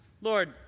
Lord